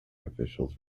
officials